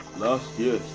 last year